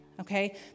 okay